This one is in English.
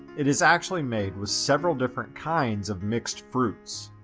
it is actually made with several different kinds of mixed fruits.